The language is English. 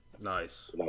Nice